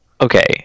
Okay